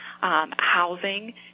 Housing